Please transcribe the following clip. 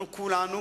אנחנו כולנו